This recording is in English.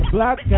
Black